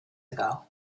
ago